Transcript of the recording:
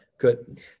Good